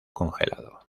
congelado